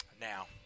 Now